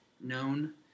known